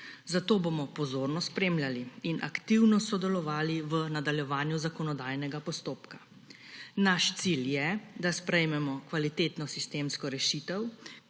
zato bomo pozorno spremljali in aktivno sodelovali v nadaljevanju zakonodajnega postopka. Naš cilj je, da sprejmemo kvalitetno sistemsko rešitev,